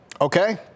Okay